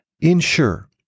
Ensure